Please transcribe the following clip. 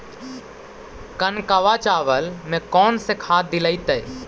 कनकवा चावल में कौन से खाद दिलाइतै?